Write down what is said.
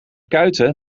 kuiten